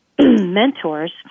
mentors